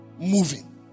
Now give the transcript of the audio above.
moving